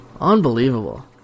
Unbelievable